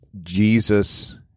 Jesus